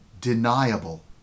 deniable